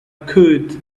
could